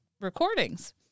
recordings